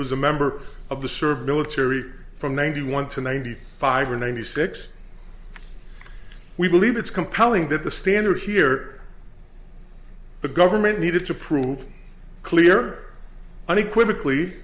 was a member of the serve military from ninety one to ninety five or ninety six we believe it's compelling that the standard here the government needed to prove clear unequivocally